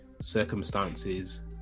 circumstances